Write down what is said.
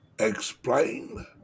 Explain